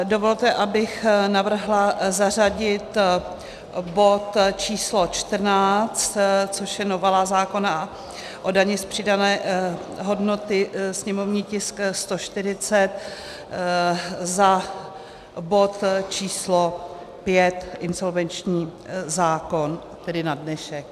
Dovolte, abych navrhla zařadit bod č. 14, což je novela zákona o dani z přidané hodnoty, sněmovní tisk 140, za bod č. 5 insolvenční zákon, tedy na dnešek.